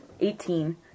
Eighteen